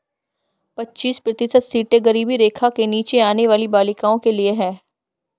पच्चीस प्रतिशत सीटें गरीबी रेखा के नीचे आने वाली बालिकाओं के लिए है